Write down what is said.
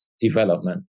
development